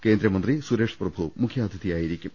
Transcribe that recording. കേന്ദ്രമന്ത്രി സുരേഷ് പ്രഭു മുഖ്യാതിഥിയായിരിക്കും